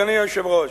אדוני היושב-ראש,